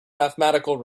mathematical